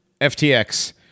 FTX